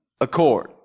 Accord